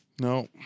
No